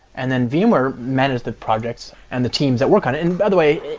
and then, vmware managed the projects and the teams that work on it. and by the way,